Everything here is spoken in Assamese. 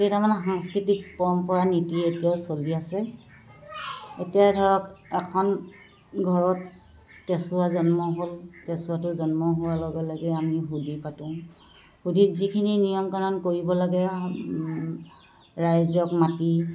কেইটামান সাংস্কৃতিক পৰম্পৰা নীতি এতিয়াও চলি আছে এতিয়া ধৰক এখন ঘৰত কেঁচুৱা জন্ম হ'ল কেঁচুৱাটো জন্ম হোৱাৰ লগে লগে আমি শুদি পাতোঁ শুদিত যিখিনি নিয়মকণন কৰিব লাগে ৰাইজক মাতি